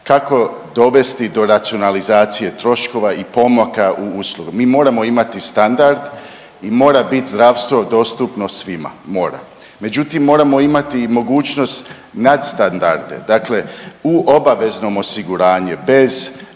kako dovesti do racionalizacije troškova i pomaka u uslugama? Mi moramo imati standard i mora bit zdravstvo dostupno svima. Mora. Međutim, moramo imati i mogućnost nadstandarde. Dakle u obaveznom osiguranje, bez